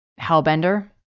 Hellbender